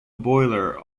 boiler